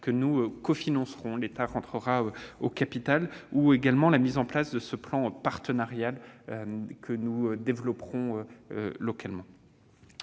que nous cofinancerons- l'État entrera à son capital -ou à la mise en place d'un plan partenarial que nous développerons localement.